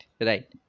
right